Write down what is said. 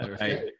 Right